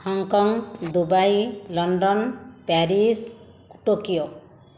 Hong Kong Dubai London Paris Tokyo